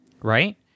Right